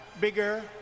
bigger